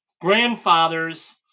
grandfather's